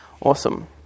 Awesome